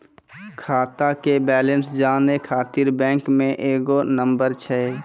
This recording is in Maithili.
खाता के बैलेंस जानै ख़ातिर बैंक मे एगो नंबर छै?